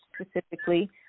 specifically